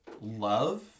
love